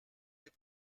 des